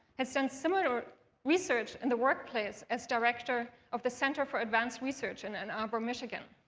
has done similar research in the workplace as director of the center for advanced research in ann arbor, michigan.